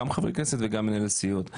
גם חברי כנסת וגם מנהלי סיעות.